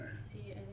See